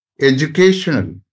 educational